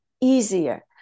easier